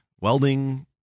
welding